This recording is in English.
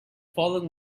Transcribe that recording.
fallen